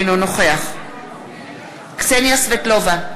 אינו נוכח קסניה סבטלובה,